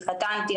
התחתנתי,